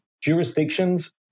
jurisdictions